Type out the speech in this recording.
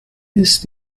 ist